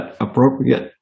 appropriate